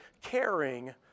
caring